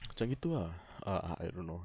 macam gitu ah ah I don't know ah